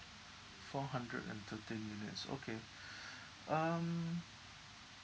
four hundred and thirteen units okay um